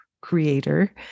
creator